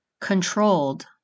controlled